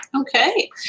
Okay